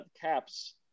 Caps